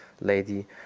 lady